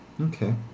Okay